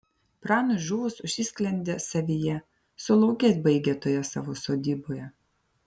pranui žuvus užsisklendė savyje sulaukėt baigia toje savo sodyboje